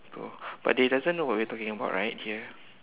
go but they doesn't know what we're talking about right here